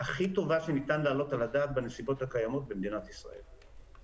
הכי טובה שניתן להעלות על הדעת בנסיבות הקיימות במדינת ישראל.